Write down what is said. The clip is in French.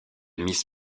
miss